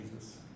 Jesus